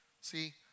See